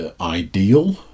ideal